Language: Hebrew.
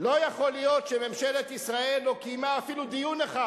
לא יכול להיות שממשלת ישראל לא קיימה אפילו דיון אחד,